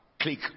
click